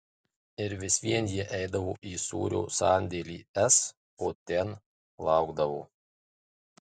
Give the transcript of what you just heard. ir vis vien jie eidavo į sūrio sandėlį s o ten laukdavo